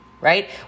right